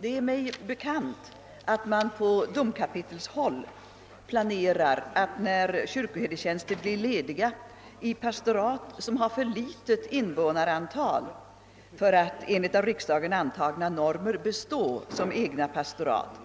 Det är mig bekant, att man på domkapitelshåll planerar att när kyrkoherdetjänster blir lediga i pastorat, som har för litet invånarantal för att enligt av riksdagen antagna normer bestå som egna pastorat,